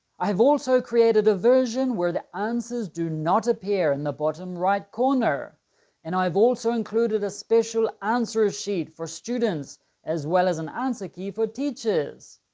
i have also created a version where the answers do not appear in the bottom right corner and i've also included a special answer ah sheet for students as well as an answer key for teachers.